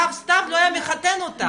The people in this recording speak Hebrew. הרב סתיו לא היה מחתן אותה.